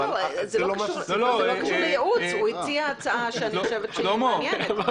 הוא הציע הצעה מעניינת בעיניי.